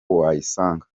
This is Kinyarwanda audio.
wayisanga